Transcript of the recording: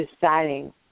deciding